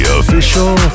official